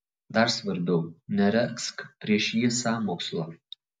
dar svarbiau neregzk prieš jį sąmokslo